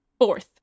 fourth